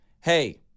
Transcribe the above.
hey